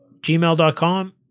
gmail.com